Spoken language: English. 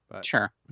Sure